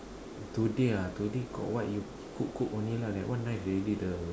today ah today got what cook cook only that one nice already the